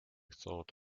taught